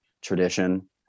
tradition